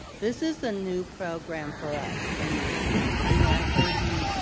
this is a new program for us, and i know i heard you,